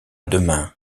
demain